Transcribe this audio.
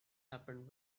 happened